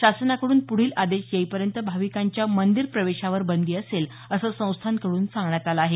शासनाकडून पुढील आदेश येईपर्यंत भाविकांच्या मंदिर प्रवेशावर बंदी असेल असं संस्थानकड्रन सांगण्यात आलं आहे